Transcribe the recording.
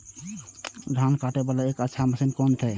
धान कटे वाला एक अच्छा मशीन कोन है ते?